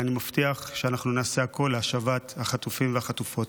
אני מבטיח שאנחנו נעשה הכול להשבת החטופים והחטופות.